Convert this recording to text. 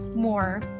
more